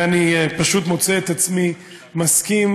ואני פשוט מוצא את עצמי מסכים,